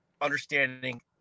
understanding